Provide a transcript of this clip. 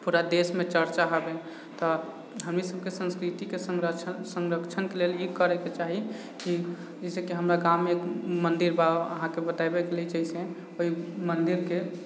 पूरा देशमे चर्चा हबै तऽ हमनीसबके संस्कृतिके संरक्षणके लेल ई करैके चाही कि जइसेकि हमरा गाँवमे एक मन्दिर बा अहाँके बतैबे केलिए जइसे ओहि मन्दिरके